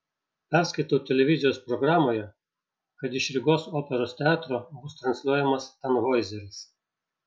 perskaitau televizijos programoje kad iš rygos operos teatro bus transliuojamas tanhoizeris